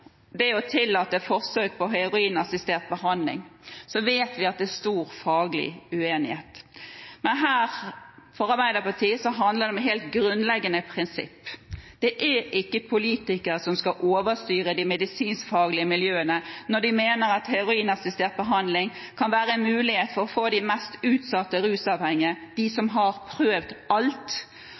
det å tillate forsøk med heroinassistert behandling, vet vi at det er stor faglig uenighet. For Arbeiderpartiet handler det om helt grunnleggende prinsipper. Det er ikke politikerne som skal overstyre de medisinsk-faglige miljøene når de mener at heroinassistert behandling kan være en mulighet for å få de mest utsatte rusavhengige – de som har prøvd alt,